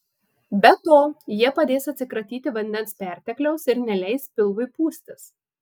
be to jie padės atsikratyti vandens pertekliaus ir neleis pilvui pūstis